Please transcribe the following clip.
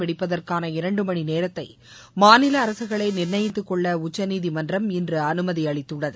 வெடிப்பதற்கானஇரண்டு மணி நேரத்தை மாநில அரசுகளே நிர்ணயித்துக்கொள்ள உச்சநீதிமன்றம் இன்று அனுமதி அளித்துள்ளது